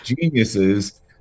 geniuses